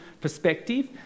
perspective